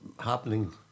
happening